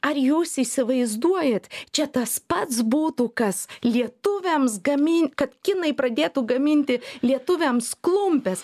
ar jūs įsivaizduojat čia tas pats būtų kas lietuviams gamin kad kinai pradėtų gaminti lietuviams klumpes